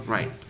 Right